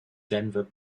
denver